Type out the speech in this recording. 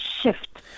shift